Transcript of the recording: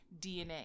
DNA